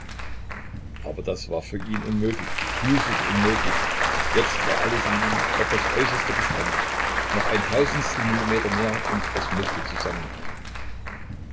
aber das war für ihn unmöglich physisch unmöglich jetzt war alles in ihm auf das äußerste gespannt noch ein tausendstel millimeter mehr und es mußte zusammenbrechen